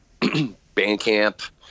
Bandcamp